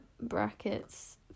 brackets